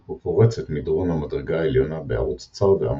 הוא פורץ את מדרון המדרגה העליונה בערוץ צר ועמוק,